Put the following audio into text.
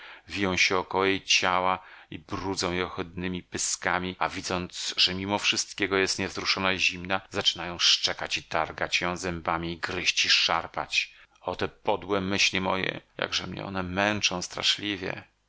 wiją się około jej ciała i brudzą je ohydnemi pyskami a widząc że mimo wszystkiego jest niewzruszona i zimna zaczynają szczekać i targać ją zębami i gryść i szarpać o te podłe myśli moje jakże mnie one męczą straszliwie